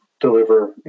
deliver